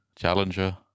Challenger